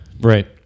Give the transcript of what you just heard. Right